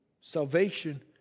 Salvation